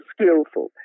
skillful